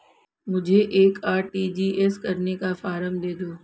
मुझे एक आर.टी.जी.एस करने का फारम दे दो?